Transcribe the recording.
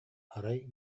арай